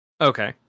Okay